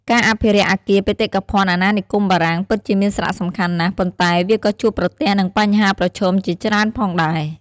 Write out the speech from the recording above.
ការអភិរក្សអគារបេតិកភណ្ឌអាណានិគមបារាំងពិតជាមានសារៈសំខាន់ណាស់ ប៉ុន្តែវាក៏ជួបប្រទះនឹងបញ្ហាប្រឈមជាច្រើនផងដែរ។